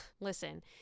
listen